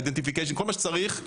ה- Idetificationוכל מה שצריך,